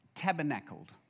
Tabernacled